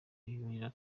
yurira